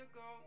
go